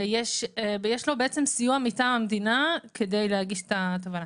ויש לו בעצם סיוע מטעם המדינה כדי להגיש את התובענה.